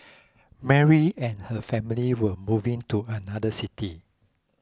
Mary and her family were moving to another city